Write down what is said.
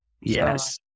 yes